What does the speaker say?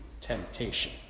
temptation